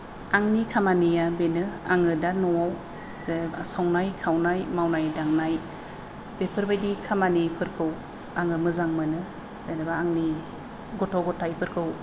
आंनि खामानिया बेनो आङो दा न'आव जे संनाय खावनाय मावनाय दांनाय बेफोरबायदि खामानिफोरखौ आङो मोजां मोनो जेनेबा आंनि गथ' गथायफोरखौ